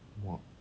what